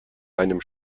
einem